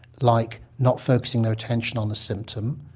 like not focussing their attention on the symptom,